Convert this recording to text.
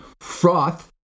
froth